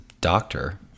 doctor